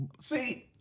See